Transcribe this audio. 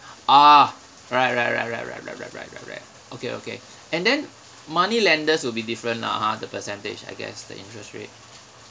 ah right right right right right right right right right right okay okay and then money lenders will be different lah ha the percentage I guess the interest rate